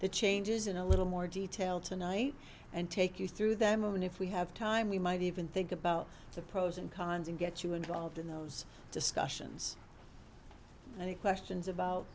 the changes in a little more detail tonight and take you through them and if we have time we might even think about the pros and cons and get you involved in those discussions and the questions about